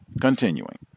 Continuing